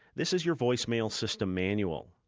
this is your voicemail system manual.